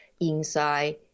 inside